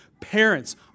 parents